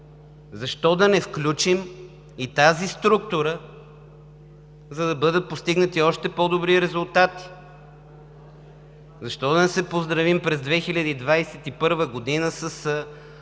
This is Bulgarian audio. защо да не включим и тази структура, за да бъдат постигнати още по-добри резултати?! Защо да не се поздравим през 2021 г. със